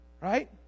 Right